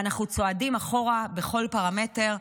ואנחנו צועדים אחורה בכל פרמטר,